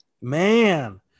Man